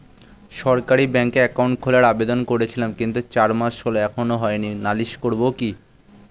সরকারি ব্যাংকে একাউন্ট খোলার আবেদন করেছিলাম কিন্তু চার মাস হল এখনো হয়নি নালিশ করব কি?